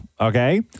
Okay